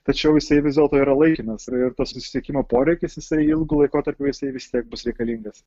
tačiau jisai vis dėlto yra laikinas ir tas susisiekimo poreikis jisai ilgu laikotarpiu jisai vis tiek bus reikalingas